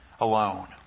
alone